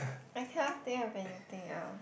I can't think of anything else